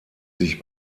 sich